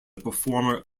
performer